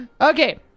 Okay